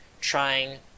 trying